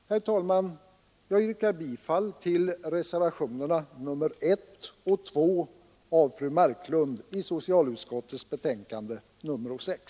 Herr talman! Jag yrkar bifall till reservationerna 1 och 2 av fru Marklund i socialutskottets betänkande nr 6.